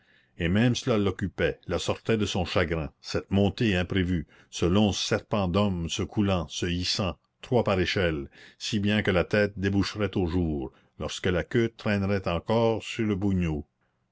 et même cela l'occupait la sortait de son chagrin cette montée imprévue ce long serpent d'hommes se coulant se hissant trois par échelle si bien que la tête déboucherait au jour lorsque la queue traînerait encore sur le bougnou